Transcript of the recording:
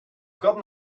gotten